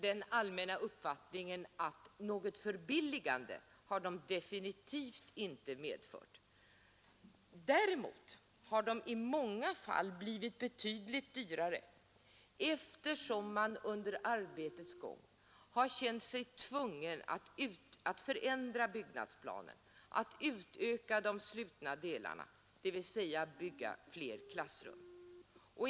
Den allmänna uppfattningen är väl att något förbilligande har de definitivt inte medfört. Däremot har de i många fall blivit betydligt dyrare, eftersom man under arbetets gång har känt sig tvungen att förändra byggnadsplanen, att utöka de slutna delarna, dvs. att bygga fler klassrum.